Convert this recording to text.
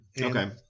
Okay